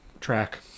track